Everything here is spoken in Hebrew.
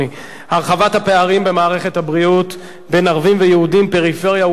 הרחבת הפערים במערכת הבריאות בין ערבים ליהודים ובין פריפריה למרכז,